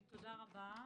רבה.